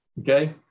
okay